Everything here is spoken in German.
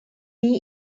die